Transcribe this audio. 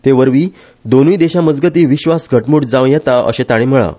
ते वरवीच दोनुय देशामजगती विस्वास घटमुट जाव येता अशे ताणी म्हळा